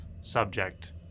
subject